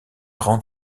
rangs